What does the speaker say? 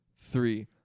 three